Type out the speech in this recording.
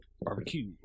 Barbecue